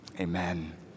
Amen